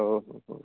हो हो हो